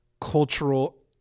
cultural